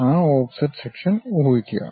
ആ offset section ഊഹിക്കുക